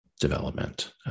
development